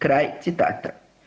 Kraj citata.